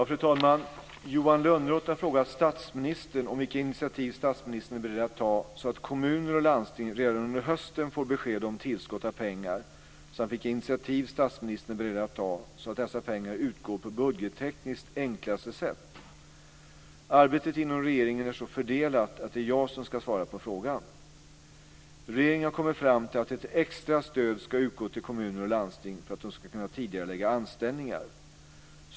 Fru talman! Johan Lönnroth har frågat statsministern vilka initiativ statsministern är beredd att ta så att kommuner och landsting redan under hösten får besked om tillskott av pengar samt vilka initiativ statsministern är beredd att ta så att dessa pengar utgår på budgettekniskt enklaste sätt. Arbetet inom regeringen är så fördelat att det är jag som ska svara på frågan. Regeringen har kommit fram till att ett extra stöd ska utgå till kommuner och landsting för att de ska kunna tidigarelägga anställningar.